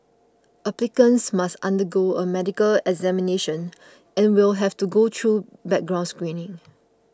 applicants must undergo a medical examination and will have to go through background screening